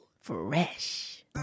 Fresh